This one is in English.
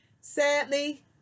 Sadly